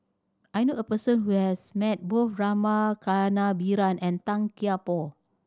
I knew a person who has met both Rama Kannabiran and Tan Kian Por